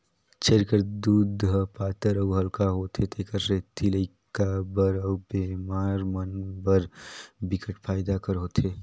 छेरी कर दूद ह पातर अउ हल्का होथे तेखर सेती लइका बर अउ बेमार मन बर बिकट फायदा कर होथे